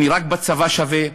רק בצבא אני שווה,